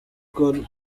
coat